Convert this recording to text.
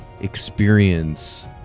experience